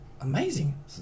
amazing